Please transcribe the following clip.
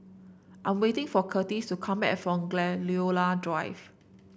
I'm waiting for Curtis to come back from Gladiola Drive